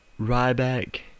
Ryback